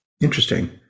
Interesting